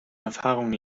erfahrungen